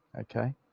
okay